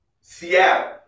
Seattle